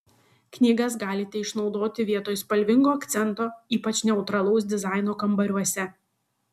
knygas galite išnaudoti vietoj spalvingo akcento ypač neutralaus dizaino kambariuose